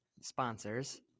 sponsors